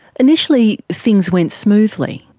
initially things went smoothly.